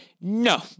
no